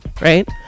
right